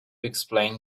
explain